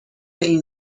این